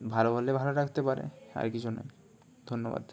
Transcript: ভালো হলে ভালো রাখতে পারে আর কিছু নয় ধন্যবাদ